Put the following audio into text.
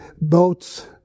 boats